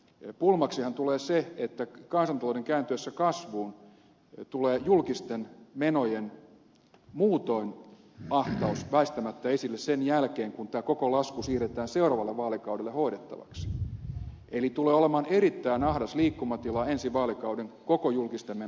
pulmaksihan tulee se että kansantalouden kääntyessä kasvuun tulee julkisten menojen ahtaus muutoin väistämättä esille sen jälkeen kun tämä koko lasku siirretään seuraavalle vaalikaudelle hoidettavaksi eli tulee olemaan erittäin ahdas liikkumatila ensi vaalikauden koko julkisten menojen lisäyksessä